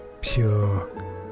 Pure